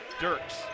Dirks